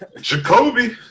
Jacoby